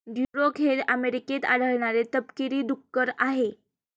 Duroc हे अमेरिकेत आढळणारे तपकिरी डुक्कर आहे